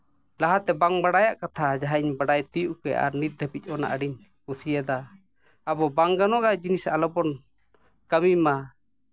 ᱞᱟᱦᱟᱛᱮ ᱵᱟᱝ ᱵᱟᱲᱟᱭᱟᱜ ᱠᱟᱛᱷᱟ ᱡᱟᱦᱟᱸᱧ ᱵᱟᱲᱟᱭ ᱛᱤᱭᱳᱜ ᱠᱮᱫᱟ ᱱᱤᱛ ᱫᱷᱟᱹᱵᱤᱡ ᱟᱹᱰᱤᱧ ᱠᱩᱥᱤᱭᱟᱫᱟ ᱟᱵᱚ ᱵᱟᱝ ᱜᱟᱱᱚᱜᱼᱟᱜ ᱡᱤᱱᱤᱥ ᱟᱞᱚᱵᱚᱱ ᱠᱟᱹᱢᱤ ᱢᱟ